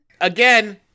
Again